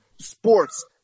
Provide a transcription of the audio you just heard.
sports